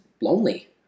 lonely